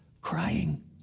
crying